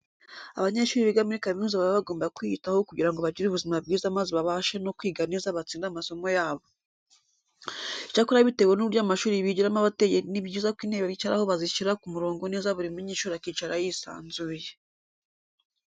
Abanyeshuri biga muri kaminuza baba bagomba kwiyitaho kugira ngo bagire ubuzima bwiza maze babashe no kwiga neza batsinde amasomo yabo. Icyakora bitewe n'uburyo amashuri bigiramo aba ateye ni byiza ko intebe bicaraho bazishyira ku murongo neza buri munyeshuri akicara yisanzuye.